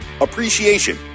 appreciation